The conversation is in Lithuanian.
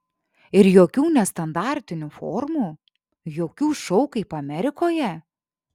ir jokių nestandartinių formų jokių šou kaip amerikoje